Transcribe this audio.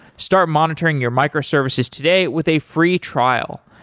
start monitoring your microservices today with a free trial.